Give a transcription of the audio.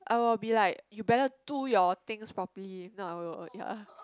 I will be like you better do your things properly or not like ya